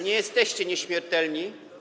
Nie jesteście nieśmiertelni.